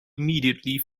immediately